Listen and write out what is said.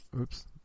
oops